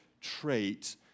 trait